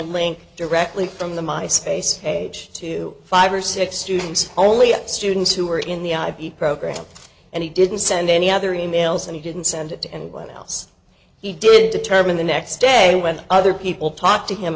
link directly from the my space page to five or six students only students who were in the ib program and he didn't send any other emails and he didn't send it to anyone else he did determine the next day when other people talk to him